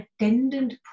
attendant